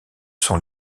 sont